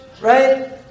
right